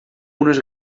unes